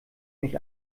mich